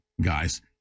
guys